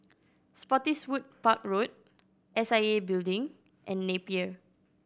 Spottiswoode Park Road S I A Building and Napier